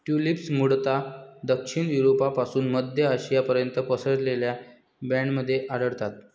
tulips मूळतः दक्षिण युरोपपासून मध्य आशियापर्यंत पसरलेल्या बँडमध्ये आढळतात